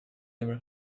never